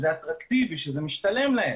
אטרקטיבי ומשתלם להם,